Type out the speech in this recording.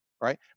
Right